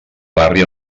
barri